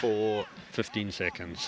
for fifteen seconds